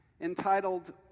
entitled